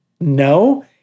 No